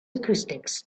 acoustics